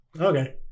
Okay